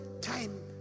time